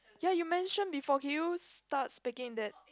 ya you mention before can you start speaking that